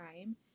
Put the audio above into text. time